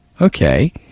Okay